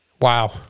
Wow